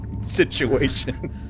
situation